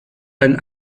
ein